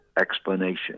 explanation